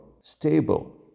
stable